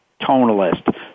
Tonalist